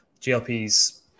GLP's